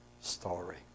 Story